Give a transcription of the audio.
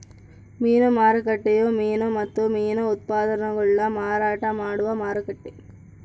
ಮೀನು ಮಾರುಕಟ್ಟೆಯು ಮೀನು ಮತ್ತು ಮೀನು ಉತ್ಪನ್ನಗುಳ್ನ ಮಾರಾಟ ಮಾಡುವ ಮಾರುಕಟ್ಟೆ